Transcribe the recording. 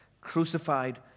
crucified